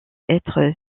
être